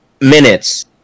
minutes